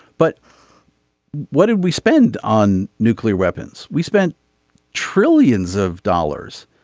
but what did we spend on nuclear weapons. we spent trillions of dollars.